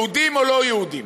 יהודים או לא-יהודים?